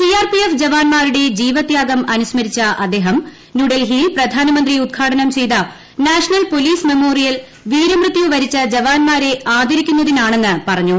C R P F ജവാൻമാരുടെ ജീവത്യാഗം അനുസ്മരിച്ച അദ്ദേഹം ന്യൂഡൽഹിയിൽ പ്രധാനമന്ത്രി ഉദ്ഘാടനം ചെയ്ത നാഷണൽ പോലീസ് മെമ്മോറിയൽ വീരമൃത്യു വരിച്ച ജവാൻമാരെ ആദരിക്കുന്നതിനാണെന്ന് പറഞ്ഞു